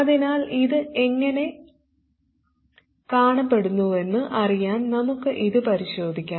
അതിനാൽ ഇത് എങ്ങനെ കാണപ്പെടുന്നുവെന്ന് അറിയാൻ നമുക്ക് ഇത് പരിശോധിക്കാം